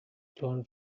drawn